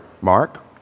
Mark